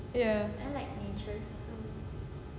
ya